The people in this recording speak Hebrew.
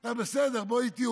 אתה בסדר, בוא איתי.